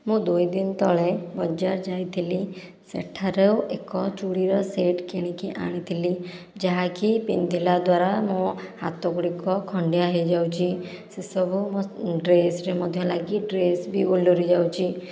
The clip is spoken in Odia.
ମୁଁ ଦୁଇଦିନ ତଳେ ବଜାର ଯାଇଥିଲି ସେଠାରୁ ଏକ ଚୁଡ଼ିର ସେଟ୍ କିଣିକି ଆଣିଥିଲି ଯାହାକି ପିନ୍ଧିଲା ଦ୍ୱାରା ମୋ ହାତଗୁଡ଼ିକ ଖଣ୍ଡିଆ ହୋଇଯାଉଛି ସେସବୁ ମୋ ଡ୍ରେସରେ ମଧ୍ୟ ଲାଗି ଡ୍ରେସ୍ ବି ଉଲୁରି ଯାଉଛି